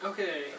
Okay